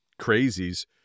crazies